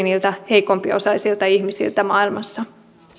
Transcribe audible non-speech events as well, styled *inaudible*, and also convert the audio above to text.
*unintelligible* niiltä heikompiosaisilta ihmisiltä maailmassa